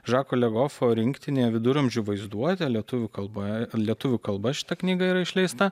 žako legofo rinktinėje viduramžių vaizduotė lietuvių kalba lietuvių kalba šita knyga yra išleista